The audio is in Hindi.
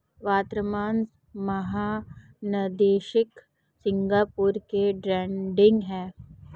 वर्तमान महानिदेशक सिंगापुर के डैरेन टैंग हैं